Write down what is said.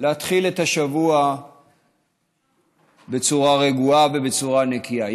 להתחיל את השבוע בצורה רגועה ובצורה נקייה.